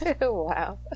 wow